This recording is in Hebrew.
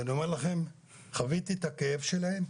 אני אומר לכם, חוויתי את הכאב שלהם,